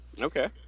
Okay